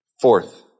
Fourth